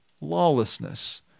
lawlessness